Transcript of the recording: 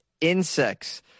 insects